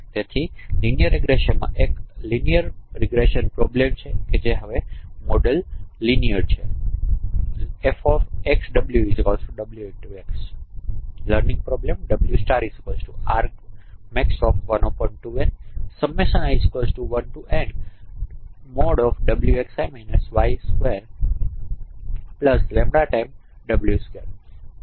તેથી રેખીય રીગ્રેસનમાં એક રેખીય રીગ્રેસન પ્રોબ્લેમ છે જેનું મોડેલ રેખીય છે